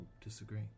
disagree